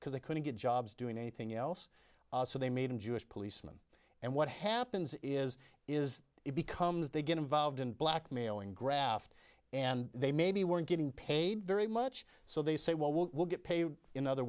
because they couldn't get jobs doing anything else so they made a jewish policeman and what happens is is it becomes they get involved in blackmailing graft and they maybe weren't getting paid very much so they say well we'll get paid in other